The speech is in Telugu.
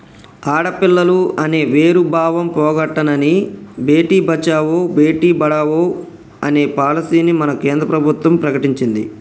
ఆడపిల్లలు అనే వేరు భావం పోగొట్టనని భేటీ బచావో బేటి పడావో అనే పాలసీని మన కేంద్ర ప్రభుత్వం ప్రకటించింది